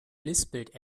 lispelt